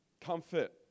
Comfort